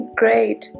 great